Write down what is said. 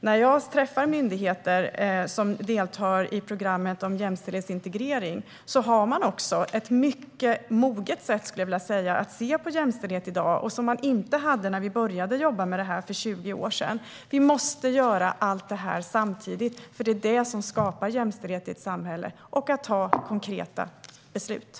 När jag träffar myndigheter som deltar i programmet om jämställdhetsintegrering ser jag att de i dag har ett, skulle jag vilja säga, mycket moget sätt att se på jämställdhet, vilket man inte hade när vi började jobba med detta för 20 år sedan. Vi måste göra allt detta samtidigt, för det är det - och att ta konkreta beslut - som skapar jämställdhet i ett samhälle.